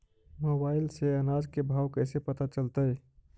Mobile से अनाज के भाव कैसे पता चलतै?